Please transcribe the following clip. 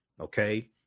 okay